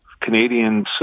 Canadians